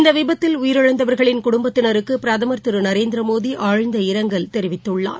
இந்த விபத்தில் உயிரிழந்தவர்கிள்ன குடும்பத்தினருக்கு பிரதமர் திரு நரேந்திரமோடி ஆழ்ந்த இரங்கல் தெரிவித்துள்ளார்